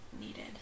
needed